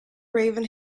raven